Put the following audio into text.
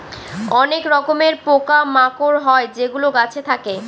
অনেক রকমের পোকা মাকড় হয় যেগুলো গাছে থাকে